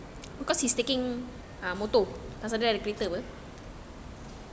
because he's taking motor